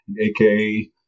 aka